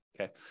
Okay